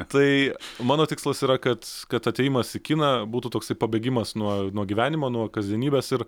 tai mano tikslas yra kad kad atėjimas į kiną būtų toksai pabėgimas nuo nuo gyvenimo nuo kasdienybės ir